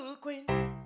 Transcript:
queen